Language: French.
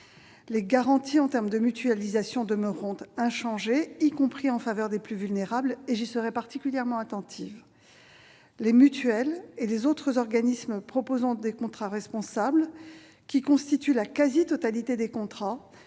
Les garanties en termes de mutualisation demeureront inchangées, y compris en faveur des plus vulnérables- j'y serai particulièrement attentive. Les mutuelles et les autres organismes proposant des contrats responsables, qui constituent la quasi-totalité des contrats,